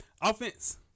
Offense